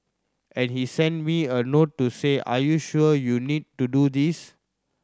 and he sent me a note to say are you sure you need to do this